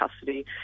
Custody